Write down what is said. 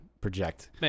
project